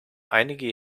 einige